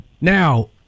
Now